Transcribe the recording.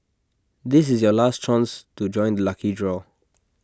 this is your last chance to join the lucky draw